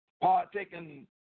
Partaking